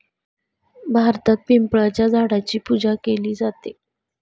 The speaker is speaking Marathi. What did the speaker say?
भारतात पिंपळाच्या झाडाची पूजा केली जाते